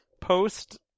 post